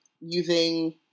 using